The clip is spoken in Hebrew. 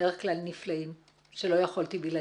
בדרך כלל נפלאים שלא יכולתי בלעדיהם.